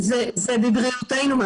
זה בבריאותנו.